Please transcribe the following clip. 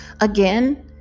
Again